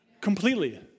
Completely